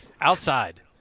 Outside